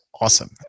Awesome